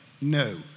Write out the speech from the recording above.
No